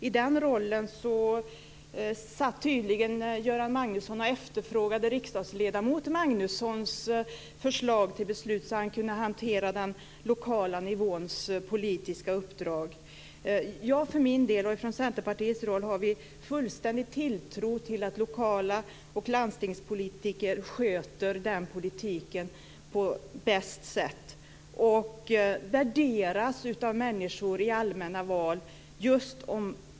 I den rollen efterfrågade tydligen Göran Magnusson riksdagsledamot Magnussons förslag till beslut, så att han kunde hantera det politiska uppdraget på lokal nivå. Vi i Centerpartiet har full tilltro till att kommunaloch landstingspolitiker sköter den politiken på bästa sätt.